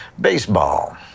Baseball